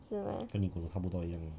是 meh